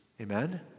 Amen